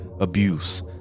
abuse